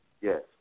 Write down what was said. Yes